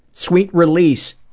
sweet release!